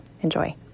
Enjoy